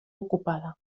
ocupada